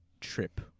trip